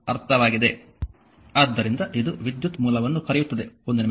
ಆದ್ದರಿಂದ ಇದು ವಿದ್ಯುತ್ ಮೂಲವನ್ನು ಕರೆಯುತ್ತದೆ ಒಂದು ನಿಮಿಷ